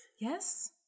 Yes